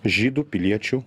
žydų piliečių